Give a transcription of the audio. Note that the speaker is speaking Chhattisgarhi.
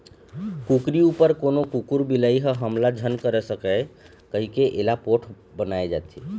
कुकरी उपर कोनो कुकुर, बिलई ह हमला झन कर सकय कहिके एला पोठ बनाए जाथे